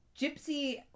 gypsy